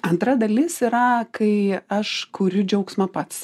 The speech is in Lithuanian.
antra dalis yra kai aš kuriu džiaugsmą pats